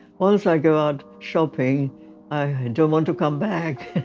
once i go out shopping i don't want to come back.